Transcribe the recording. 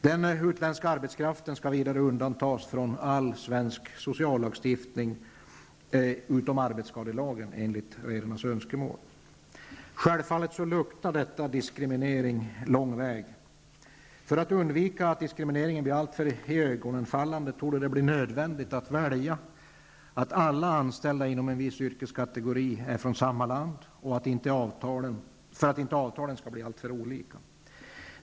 Den utländska arbetskraften skall vidare undantas från all svensk sociallagstiftning utom arbetsskadelagen, enligt redarnas önskemål. Självfallet luktar detta diskriminering lång väg. För att undvika att diskrimineringen blir alltför iögonfallande torde det bli nödvändigt att välja alla anställda inom en viss yrkeskategori är från samma land för att inte avtalen skall bli alltför olika.